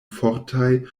fortaj